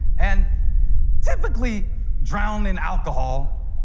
and typically drowned in alcohol,